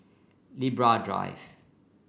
Libra Drive